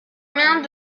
mains